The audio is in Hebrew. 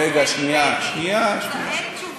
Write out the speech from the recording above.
רגע, שנייה, שנייה.